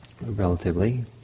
relatively